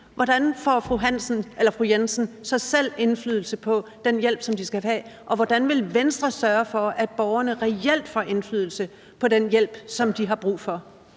Hansen eller fru Jensen så selv indflydelse på den hjælp, de skal have? Og hvordan vil Venstre sørge for, at borgerne reelt får indflydelse på den hjælp, som de har brug for?